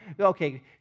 Okay